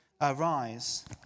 arise